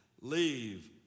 leave